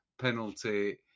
penalty